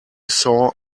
saw